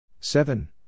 Seven